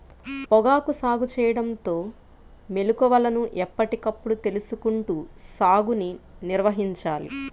పొగాకు సాగు చేయడంలో మెళుకువలను ఎప్పటికప్పుడు తెలుసుకుంటూ సాగుని నిర్వహించాలి